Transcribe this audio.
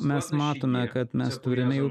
mes matome kad mes turime jau